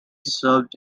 served